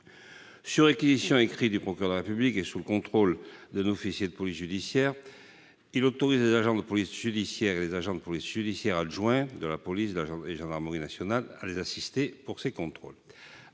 Sur réquisitions écrites du procureur de la République et sous le contrôle d'un officier de police judiciaire, il autorise les agents de police judiciaire et les agents de police judiciaire adjoints de la police et de la gendarmerie nationales à les assister pour ces contrôles.